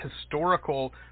historical